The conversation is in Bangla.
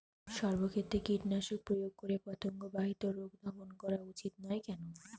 সব ক্ষেত্রে কীটনাশক প্রয়োগ করে পতঙ্গ বাহিত রোগ দমন করা উচিৎ নয় কেন?